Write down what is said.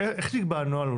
איך נקבע הנוהל?